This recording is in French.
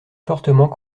fortement